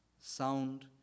sound